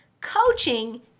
Coaching